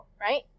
right